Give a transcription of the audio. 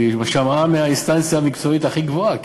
היא שמעה מהאינסטנציה המקצועית הכי גבוהה,